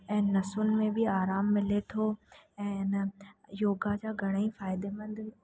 ऐं नसियुनि में बि आराम मिले थो ऐं इन योगा जा घणे ई फ़ाइदेमंद